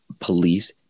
police